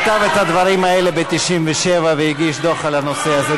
כתב את הדברים האלה ב-1997 והגיש דוח על הנושא הזה.